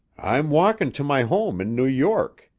i'm walking to my home in new york,